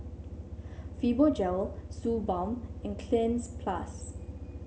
Fibogel Suu Balm and Cleanz Plus